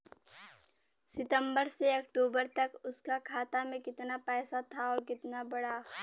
सितंबर से अक्टूबर तक उसका खाता में कीतना पेसा था और कीतना बड़ा?